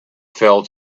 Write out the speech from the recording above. fell